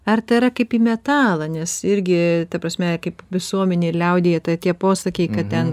ar tai yra kaip į metalą nes irgi ta prasme kaip visuomenėj ir liaudyje tie posakiai kad ten